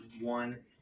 one